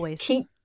keep